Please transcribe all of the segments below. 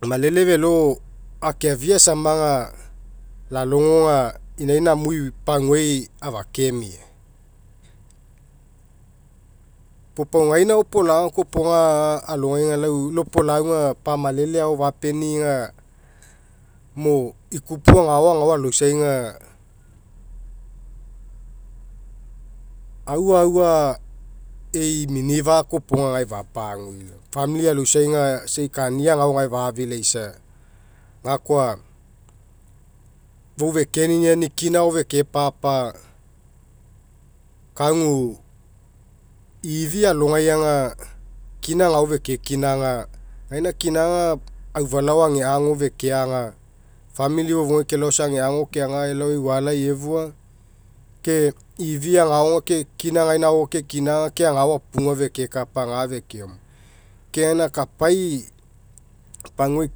Malele felo akeafia aisama aga lalogo aga inaina amui paguai afakemia. Puo pau gaina opolaga koas iopoga alogai aga lau opolau aga pamalele ao fapeni'i aga mo ikupu agao agao aloisai aga aua aua ei minifa'a kapagagae fapagua famili aloisai aga isa kania agao gae fafilaisa gakoa fou fekeninani kina agao feke papa kagu fifalogai aga kina agao fekekinaga gaina kina aga aufalao ega ago fekeaga famili fofouga fekelao isa ega ago keaga elao eualai afua ke ifiagao ke kina gaina agao kekinaga ke agao apuga fekekapa gafekeoma. Ke gaina kapai paguai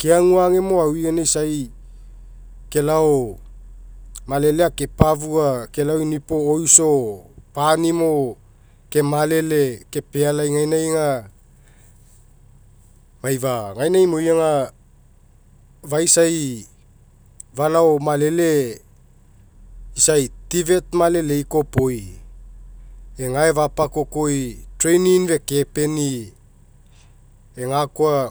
keagu agemo aui gaina isai kelao malele akepafua kepealai gaina aga maifa gaina imoi aga faisai falao malele isai tuet malelei kopoi egae fapakokoi traning fekepeni'i egakoa.